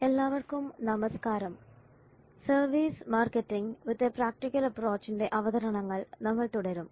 എല്ലാവർക്കും നമസ്കാരം service marketing with a practical അപ്പ്രോച്ചിന്റെ അവതരണങ്ങൾ നമ്മൾ തുടരും